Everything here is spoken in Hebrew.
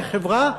כחברה,